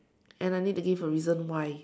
and I need to give a reason why